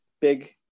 Big